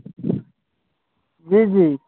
जी जी